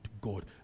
God